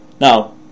Now